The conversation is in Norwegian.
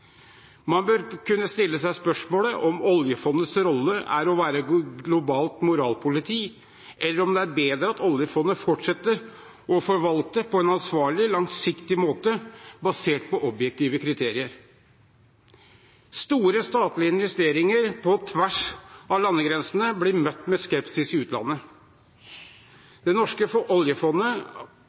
Man bør kunne stille seg spørsmålet om oljefondets rolle er å være globalt moralpoliti, eller om det er bedre at oljefondet fortsetter å forvalte på en ansvarlig og langsiktig måte, basert på objektive kriterier. Store statlige investeringer på tvers av landegrensene blir møtt med skepsis i utlandet. Det norske oljefondet